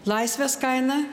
laisvės kainą